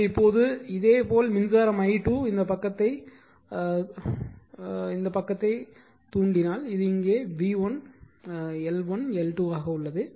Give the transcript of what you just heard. எனவே இப்போது இதே போல் மின்சாரம் i2 இந்த பக்கத்தை தூண்டினால் இது இங்கே v1 L1 L2 ஆகவும் உள்ளது